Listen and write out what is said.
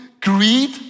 greed